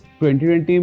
2020